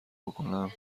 بکنم